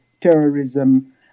terrorism